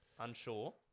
Unsure